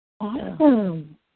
Awesome